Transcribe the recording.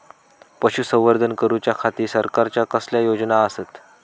पशुसंवर्धन करूच्या खाती सरकारच्या कसल्या योजना आसत?